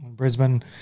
Brisbane